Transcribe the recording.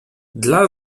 dla